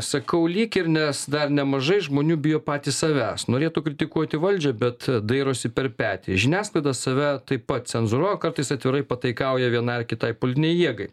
sakau lyg ir nes dar nemažai žmonių bijo patys savęs norėtų kritikuoti valdžią bet dairosi per petį žiniasklaida save taip pat cenzūruoja kartais atvirai pataikauja vienai ar kitai politinei jėgai